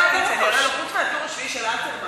חוץ מ"הטור השביעי" של אלתרמן,